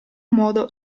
modo